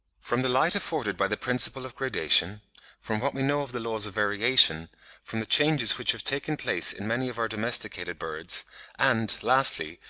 from the light afforded by the principle of gradation from what we know of the laws of variation from the changes which have taken place in many of our domesticated birds and, lastly,